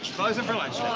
closing for lunch,